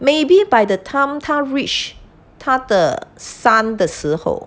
maybe by the time 她 reach 她的 son 的时候